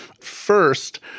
First